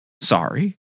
sorry